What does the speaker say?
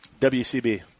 WCB